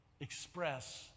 express